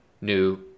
new